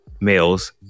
males